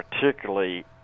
particularly